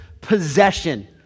possession